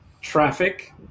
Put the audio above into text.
traffic